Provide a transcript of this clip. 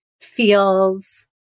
feels